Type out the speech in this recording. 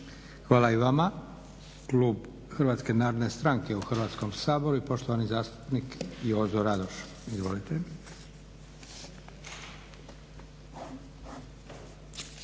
Hvala i vama. Klub HNS-a u Hrvatskom saboru i poštovani zastupnik Jozo Radoš. Izvolite.